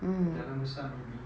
but jalan besar maybe